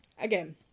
Again